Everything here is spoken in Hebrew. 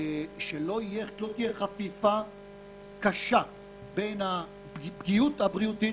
חפיפה חדשה בין הפגיעות הבריאותית,